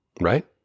right